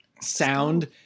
sound